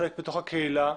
חלק מתוך הקהילה.